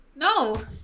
no